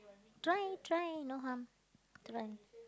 try try no harm try